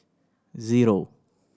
zero